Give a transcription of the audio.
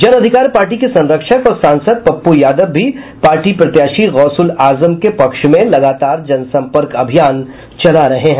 जन अधिकार पार्टी के संरक्षक और सांसद पप्पू यादव भी पार्टी प्रत्याशी गौसुल आजम के पक्ष में लगातार जनसम्पर्क अभियान चला रहे हैं